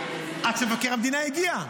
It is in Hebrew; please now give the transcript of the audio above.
עד שמבקר המדינה הגיע.